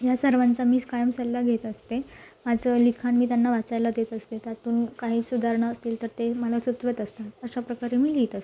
ह्या सर्वांचा मीच कायम सल्ला घेत असते माझं लिखाण मी त्यांना वाचायला देत असते त्यात पण काही सुधारणा असतील तर ते मला सुचवत असतात अशा प्रकारे मी लिहीत असते